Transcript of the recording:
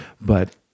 But-